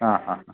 ആ ആ അ